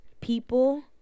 people